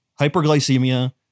hyperglycemia